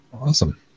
Awesome